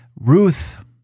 Ruth